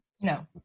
No